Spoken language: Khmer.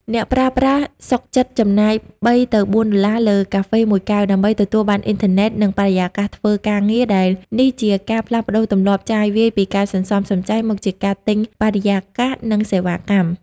អ្នកប្រើប្រាស់សុខចិត្តចំណាយ ៣-៤ ដុល្លារលើកាហ្វេមួយកែវ ដើម្បីទទួលបានអ៊ីនធឺណិត និងបរិយាកាសធ្វើការងារ ដែលនេះជាការផ្លាស់ប្តូរទម្លាប់ចាយវាយពីការសន្សំសំចៃ មកជាការទិញ "បរិយាកាស និងសេវាកម្ម"។